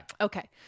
Okay